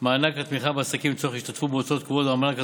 מענק הסתגלות מיוחד לבני 67 ומעלה,